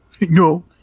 No